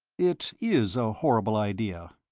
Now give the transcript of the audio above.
it is a horrible idea,